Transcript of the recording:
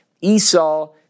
Esau